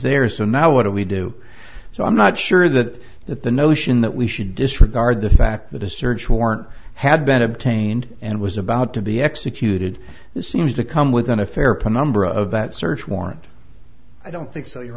there so now what do we do so i'm not sure that that the notion that we should disregard the fact that a search warrant had been obtained and was about to be executed this seems to come with an affair penumbra of that search warrant i don't think so you